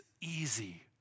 easy